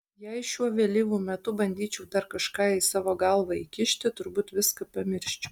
jei šiuo vėlyvu metu bandyčiau dar kažką į savo galvą įkišti turbūt viską pamirščiau